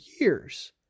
years